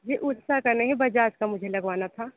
जी ऊषा का नहीं बजाज का मुझे लगवाना था